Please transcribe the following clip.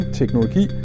teknologi